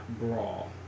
Brawl